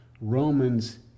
Romans